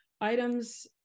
items